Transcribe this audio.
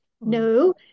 No